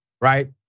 right